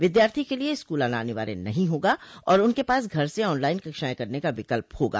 विद्यार्थियों के लिए स्कूल आना अनिवार्य नहीं होगा और उनके पास घर से आनलाइन कक्षाएं करने का विकल्प होगा